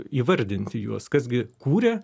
įvardinti juos kas gi kūrė